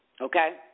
Okay